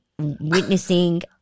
Witnessing